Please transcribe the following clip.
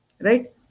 Right